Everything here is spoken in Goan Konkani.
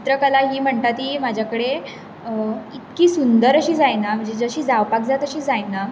चित्रकला ही म्हणटा ती म्हाज्या कडेन इतकी सुंदर अशी जायना जशी जावपाक जाय तशी जायना